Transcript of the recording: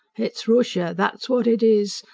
it's rooshia that's what it is!